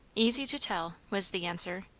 easy to tell, was the answer.